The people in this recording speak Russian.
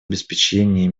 обеспечения